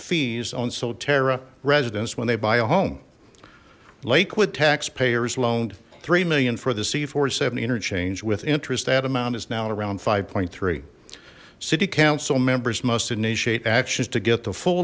fees on cetera residents when they buy a home lakewood taxpayers loaned three million for the c forty seven interchange with interest that amount is now around five point three city council members must initiate actions to get the full